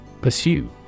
Pursue